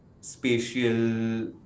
spatial